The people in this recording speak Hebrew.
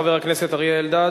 חבר הכנסת אריה אלדד,